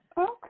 Okay